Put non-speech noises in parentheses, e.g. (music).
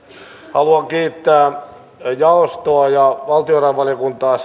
haluan kiittää jaostoa ja valtiovarainvaliokuntaa (unintelligible)